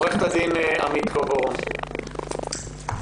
עו"ד עמית קובו-רום, בבקשה.